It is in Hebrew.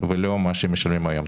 ולא מס שמשלמים היום.